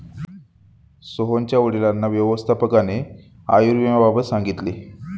सोहनच्या वडिलांना व्यवस्थापकाने आयुर्विम्याबाबत सांगितले